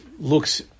looks